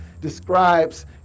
describes